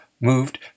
moved